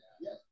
yes